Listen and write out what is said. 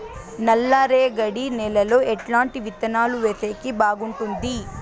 నల్లరేగడి నేలలో ఎట్లాంటి విత్తనాలు వేసేకి బాగుంటుంది?